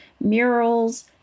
murals